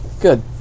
Good